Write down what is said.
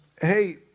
hey